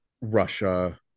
Russia